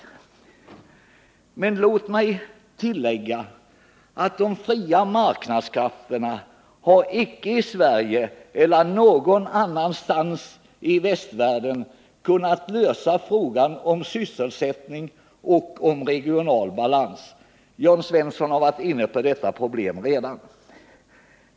Låt mig emellertid tillägga att de fria marknadskrafterna icke, vare sig i Sverige eller någon annanstans i västvärlden kunnat lösa frågan om sysselsättning och om regional balans. Jörn Svensson har redan varit inne på detta problem.